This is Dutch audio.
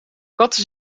katten